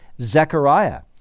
Zechariah